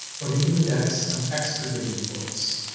or the index of expurgated books.